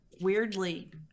weirdly